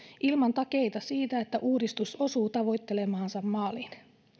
ilman takeita siitä että uudistus osuu tavoittelemaansa maalin